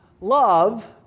love